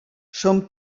són